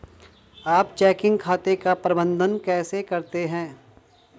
आप चेकिंग खाते का प्रबंधन कैसे करते हैं?